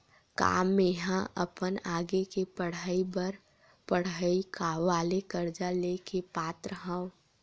का मेंहा अपन आगे के पढई बर पढई वाले कर्जा ले के पात्र हव?